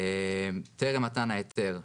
טרם מתן ההיתר,